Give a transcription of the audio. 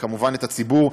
וכמובן מהציבור,